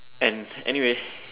and anyway